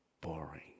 boring